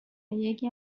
یکی